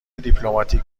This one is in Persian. دیپلماتیک